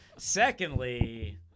secondly